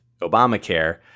Obamacare